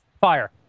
Fire